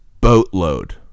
Boatload